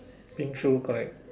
pink shoes correct